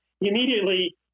Immediately